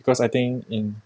because I think in